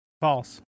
False